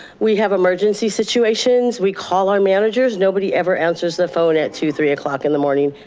we have emergency situations, we call our managers, nobody ever answers the phone at two, three o'clock in the morning,